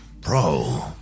Pro